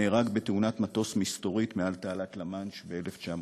נהרג בתאונת מטוס מסתורית מעל תעלת למאנש ב-1919.